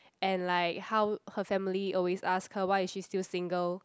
and like how her family always ask her why is she still single